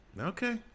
Okay